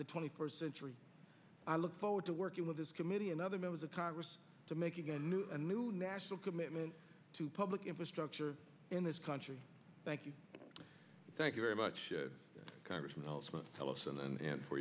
the twenty first century i look forward to working with this committee and other members of congress to make a new a new national commitment to public infrastructure in this country thank you thank you very much congressman ellison ellison and for